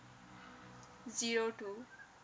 zero two